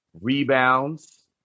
rebounds